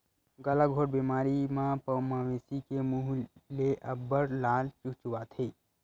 गलाघोंट बेमारी म मवेशी के मूह ले अब्बड़ लार चुचवाथे